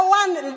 one